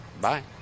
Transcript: Bye